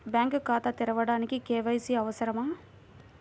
Bank ఖాతా తెరవడానికి KYC అవసరమా?